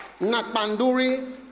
Nakbanduri